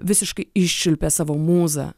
visiškai iščiulpė savo mūzą